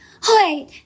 Hi